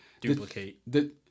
Duplicate